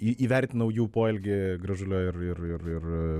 į įvertinau jų poelgį gražulio ir ir ir ir